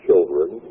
children